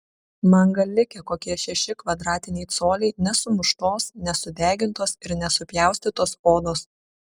man gal likę kokie šeši kvadratiniai coliai nesumuštos nesudegintos ir nesupjaustytos odos